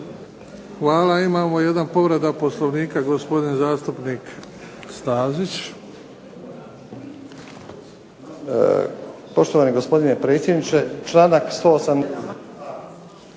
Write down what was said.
Hvala. Imamo jedan povredu Poslovnika, gospodin zastupnik Stazić.